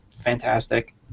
fantastic